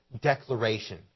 declaration